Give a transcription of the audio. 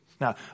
Now